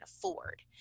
afford